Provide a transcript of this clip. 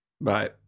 Bye